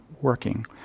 working